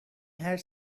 had